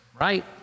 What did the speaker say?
right